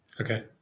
Okay